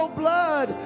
blood